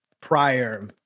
prior